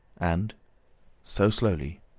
and so, slowly,